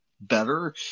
better